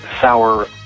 sour